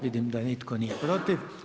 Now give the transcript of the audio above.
Vidim da nitko nije protiv.